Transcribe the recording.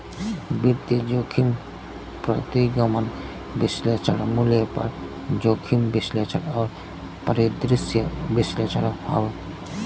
वित्तीय जोखिम प्रतिगमन विश्लेषण, मूल्य पर जोखिम विश्लेषण और परिदृश्य विश्लेषण हौ